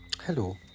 Hello